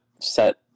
Set